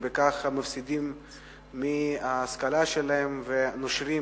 ובכך הם מפסידים ברכישת ההשכלה שלהם ונושרים